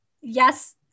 yes